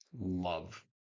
love